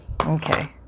okay